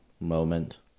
Moment